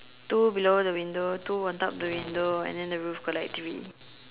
two below the window two on top the window and then the roof got like three